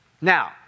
Now